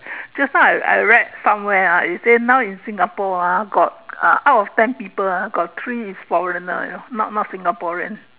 just now I I read somewhere ah it say now in Singapore ah got uh out of ten people ah got three is foreigner you know not not Singaporean